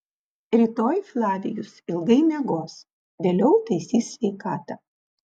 rytoj flavijus ilgai miegos vėliau taisys sveikatą